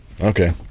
Okay